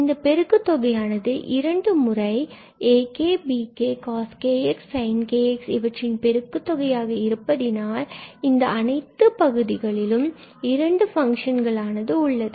இந்த பெருக்கு தொகையானது இரண்டு முறை ak bk coskx and sinkx இவற்றின் பெருக்கு தொகையாக இருப்பதினால் இந்த அனைத்து பகுதிகளிலும் இரண்டு ஃபங்க்ஷகள் ஆனது உள்ளது